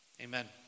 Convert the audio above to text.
amen